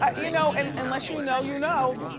ah you know and unless you know, you know,